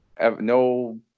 No